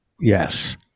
Yes